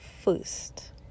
first